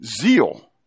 Zeal